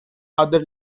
other